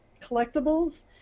collectibles